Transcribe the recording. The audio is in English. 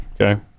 Okay